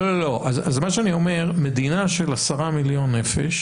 אז מה שאני אומר, מדינה של עשרה מיליון נפש